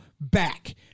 back